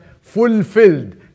fulfilled